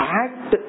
act